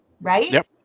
right